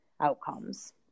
outcomes